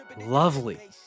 lovely